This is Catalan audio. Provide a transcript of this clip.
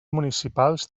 municipals